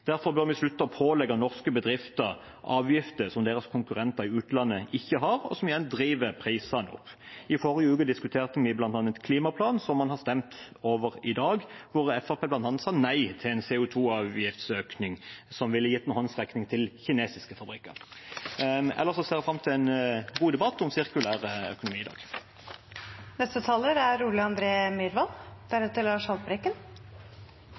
Derfor bør vi slutte å pålegge norske bedrifter avgifter som deres konkurrenter i utlandet ikke har, og som igjen driver prisene opp. I forrige uke diskuterte vi bl.a. klimaplanen, som vi har stemt over i dag, der Fremskrittspartiet bl.a. sa nei til en CO 2 -avgiftsøkning som ville gitt en håndsrekning til kinesiske fabrikker. Ellers ser jeg fram til en god debatt om sirkulærøkonomi i